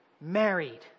married